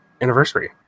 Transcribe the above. anniversary